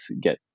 get